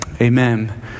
Amen